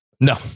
No